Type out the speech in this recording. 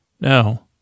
No